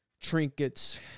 trinkets